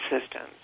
systems